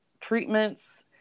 treatments